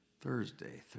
thursday